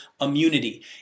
immunity